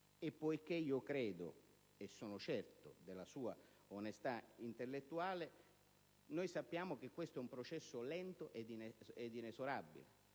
Poiché sono certo della sua onestà intellettuale, dico che sappiamo che questo è un processo lento ed inesorabile.